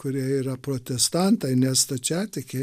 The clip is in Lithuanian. kurie yra protestantai ne stačiatikiai